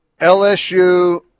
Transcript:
LSU